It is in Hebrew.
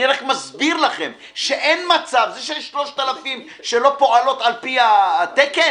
אני רק מסביר לכם שאין מצב שיש 3,000 שלא פועלים על פי התקן.